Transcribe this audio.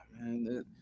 man